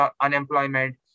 unemployment